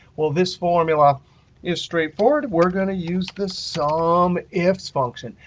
well, this formula is straightforward. we're going to use the sum ifs function.